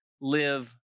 live